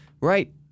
Right